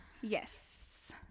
yes